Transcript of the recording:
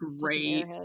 great